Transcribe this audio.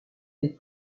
les